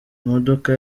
imodoka